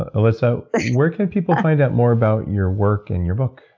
ah elissa, where can people find out more about your work and your book?